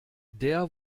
der